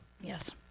Yes